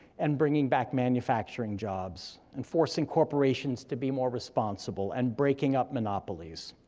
and bringing back manufacturing jobs, and forcing corporations to be more responsible, and breaking up monopolies.